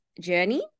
journey